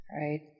right